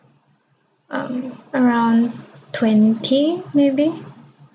um around twenty maybe